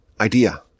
idea